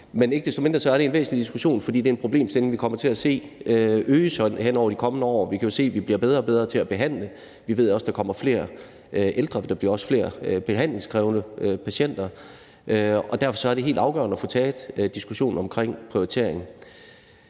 Men ikke desto mindre er det en væsentlig diskussion, for det er en problemstilling, vi kommer til at se blive større hen over de kommende år. Vi kan jo se, at vi bliver bedre og bedre til at behandle. Vi ved også, der kommer flere ældre, og der bliver også flere behandlingskrævende patienter. Derfor er det helt afgørende at få taget diskussionen omkring prioritering.